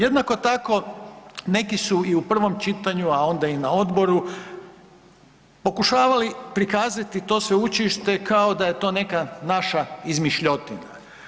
Jednako tako neki su i u prvom čitanju, a onda i na odboru pokušavali prikazati to sveučilište kao da je to neka naša izmišljotina.